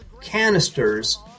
canisters